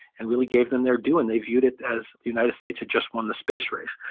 and really gave them their due. and they viewed it as the united states had just won the space race.